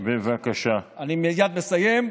אני מייד מסיים,